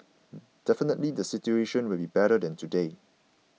definitely the situation will be better than today